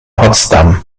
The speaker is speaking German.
potsdam